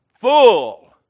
full